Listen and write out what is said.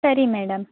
ಸರಿ ಮೇಡಮ್